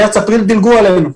מארס-אפריל, דילגו עלינו.